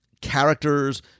characters